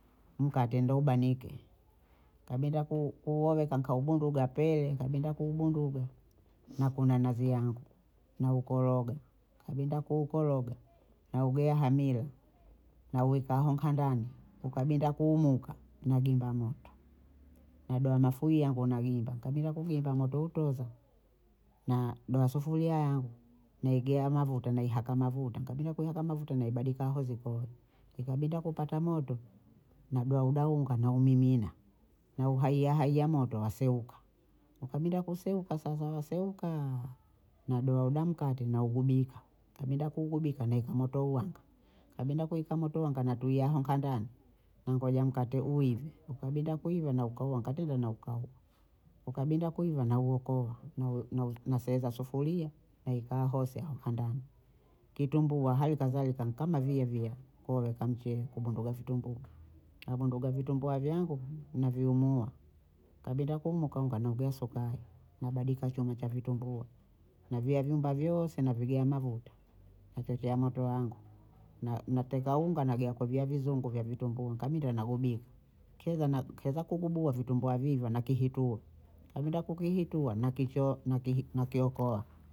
Mkate ndo ubanike, kabinda ku- kuuoweka nkaubunda pele, nikabinda kuubunduga, nakunza nazi naukoroga, nkabinda kuukoroga naugea hamira nauweka aha nkandani, ukabinda kuumuka nagimba moto nadoha na fuyi yangu nagimba, nikabinda kugimba moto hutoza na- nadoha sufuria yangu naegea mavuta naihaka mavuta, nikabinda kuihaka mavuka naibadika aho zikoi, ikabinda kupata moto nadoha huda unga naumimina nauhaiyahaiya moto waseuka, ukabinda kuseuka sasa waseukaaa nadoha huda mkate naugubika. nkabinda kuugubika naeka moto uwanga, nkabinda kuweka moto uwanga natulia aha nkandani nangoja kate uive, ukabinda kuiva naukaua nkatenga naukaua, ukabinda kuiva nauokoa na- naseza sufuria naeka ahose aha nkandani. kitumbua halikadhalika nkama viyeviye kuloweka mcheye kubunduga vitumbua, nabunduga vitumbua vyangu, naviumua, kabinda kuumuka unga naugea sukayi, nabadika chuma cha vitumbua viya vyumba vyoose navigea mavuta, nachochea moto yangu na- nateka unga nagea kuvyia vizungu vya vitumbua, kabinda nagubika, kieza na- kieza kugubua vitumbua vivo nakihitua, nikabinda kukihitua nakicho nakiokoa